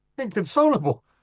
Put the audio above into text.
Inconsolable